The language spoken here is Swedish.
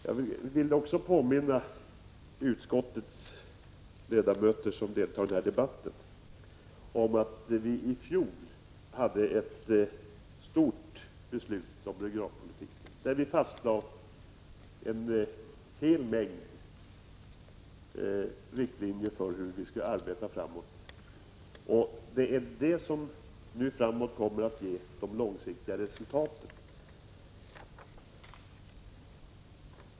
Jag vill också påminna utskottets ledamöter som deltar i denna debatt om att vi i fjol fattade ett stort beslut om regionalpolitiken, i vilket vi fastslog riktlinjer för hur vi skall arbeta. Det är detta som kommer att ge de långsiktiga resultaten.